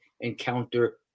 encounter